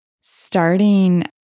starting